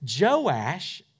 Joash